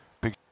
Big